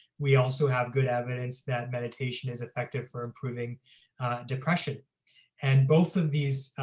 we also have good evidence that meditation is effective for improving depression and both of these